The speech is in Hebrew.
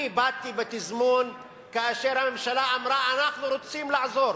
אני באתי בתזמון כאשר הממשלה אמרה: אנחנו רוצים לעזור,